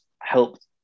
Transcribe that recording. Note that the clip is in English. helped